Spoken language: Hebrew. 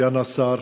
סגן השר,